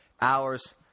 hours